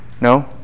No